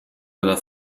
della